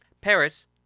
Paris